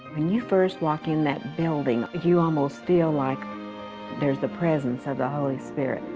when you first walk in that building, you almost feel like there is the presence of the holy spirit.